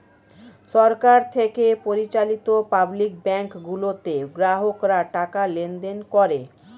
সরকার থেকে পরিচালিত public bank গুলোতে গ্রাহকরা টাকা লেনদেন করে